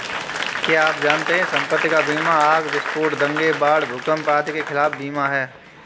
क्या आप जानते है संपत्ति का बीमा आग, विस्फोट, दंगे, बाढ़, भूकंप आदि के खिलाफ बीमा है?